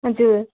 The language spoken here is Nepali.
हजुर